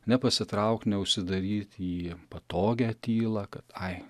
nepasitraukt neužsidaryt į patogią tylą kad ai